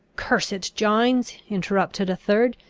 curse it, gines! interrupted a third,